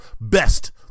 best